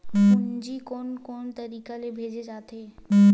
पूंजी कोन कोन तरीका ले भेजे जाथे?